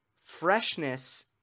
Freshness